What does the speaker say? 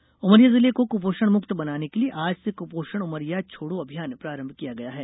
क्पोषणमुक्त उमरिया जिले को कुपोषण मुक्त बनाने के लिए आज से कुपोषण उमरिया छोड़ो अभियान प्रारंभ किया गया है